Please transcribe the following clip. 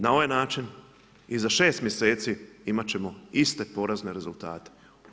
Na ovaj način i za šest mjeseci imat ćemo iste porazne rezultate.